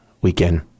weekend